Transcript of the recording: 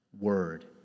word